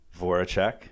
Voracek